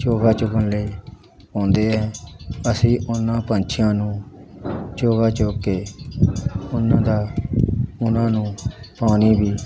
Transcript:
ਚੋਗਾ ਚੁਗਣ ਲਈ ਆਉਂਦੇ ਹੈ ਅਸੀਂ ਉਹਨਾਂ ਪੰਛੀਆਂ ਨੂੰ ਚੋਗਾ ਚੁਗ ਕੇ ਉਹਨਾਂ ਦਾ ਉਹਨਾਂ ਨੂੰ ਪਾਣੀ ਵੀ